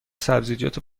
سبزیجات